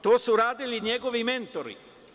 To su radili njegovi mentori.